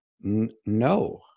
no